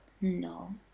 no